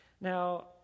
now